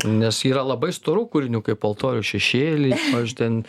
nes yra labai storų kūrinių kaip altorių šešėly iš ten